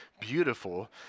beautiful